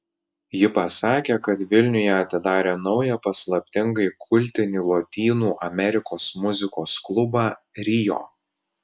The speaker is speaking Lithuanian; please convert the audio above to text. ji pasakė kad vilniuje atidarė naują paslaptingai kultinį lotynų amerikos muzikos klubą rio